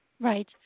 Right